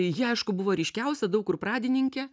ji aišku buvo ryškiausia daug kur pradininkė